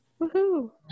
Woohoo